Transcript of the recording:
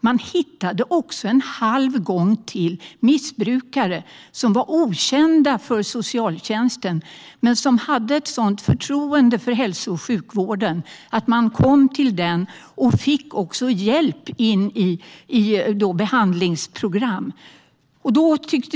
Man hittade också missbrukare, en halv gång till, som var okända för socialtjänsten men som hade ett sådant förtroende för hälso och sjukvården att man kom dit och även fick hjälp in i behandlingsprogram.